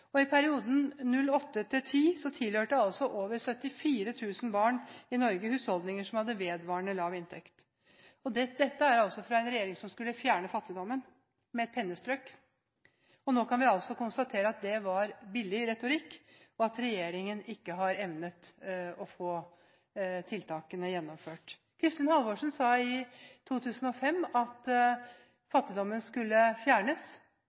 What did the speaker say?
Nav-rapport. I perioden 2008–2010 tilhørte over 74 000 barn i Norge husholdninger som hadde vedvarende lav inntekt. Dette er altså fra en regjering som skulle fjerne fattigdommen med et pennestrøk. Nå kan vi konstatere at det var billig retorikk, og at regjeringen ikke har evnet å få tiltakene gjennomført. Kristin Halvorsen sa i 2005 at fattigdommen skulle fjernes.